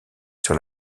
sur